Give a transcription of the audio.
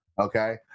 okay